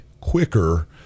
quicker